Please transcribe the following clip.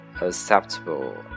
acceptable